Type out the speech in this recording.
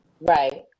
Right